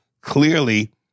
clearly